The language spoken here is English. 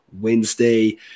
Wednesday